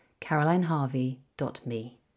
carolineharvey.me